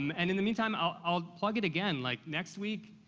and in the meantime, i'll i'll plug it again. like, next week,